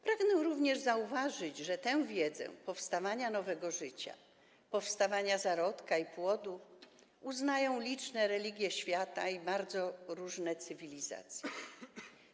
Pragnę również zauważyć, że tę wiedzę na temat powstawania nowego życia, powstawania zarodka i płodu uznają liczne religie świata i bardzo różne cywilizacje.